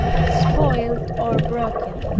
spoiled or broken.